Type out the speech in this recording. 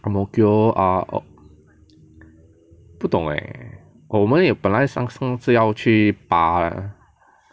ang mo kio ah 不懂 leh 我们有本来上次要去拔的